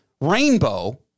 rainbow